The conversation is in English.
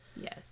Yes